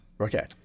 Okay